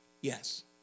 Yes